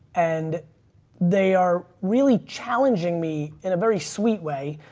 and they are really challenging me in a very sweet way